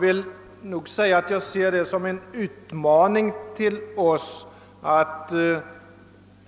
Men det ser jag som en utmaning till oss att